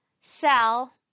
sell